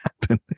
happen